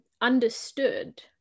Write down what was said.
understood